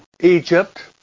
Egypt